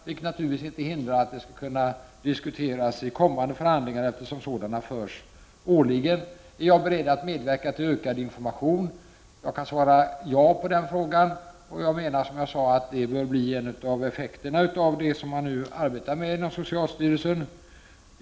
Men det hindrar ju inte att frågan tas upp i kommande förhandlingar; sådana förs ju varje år. Vidare ställdes frågan om huruvida jag är beredd att medverka till ökad information. Jag kan svara ja på den frågan. Det bör bli en av effekterna av det som man nu arbetar med inom socialstyrelsen.